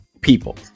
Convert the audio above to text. people